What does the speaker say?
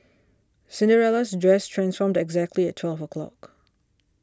Cinderella's dress transformed exactly at twelve o' clock